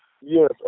Yes